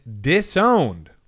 disowned